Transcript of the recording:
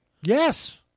Yes